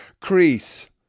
Crease